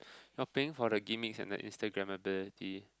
you are paying for the gimmicks and the Instagrammability